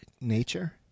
nature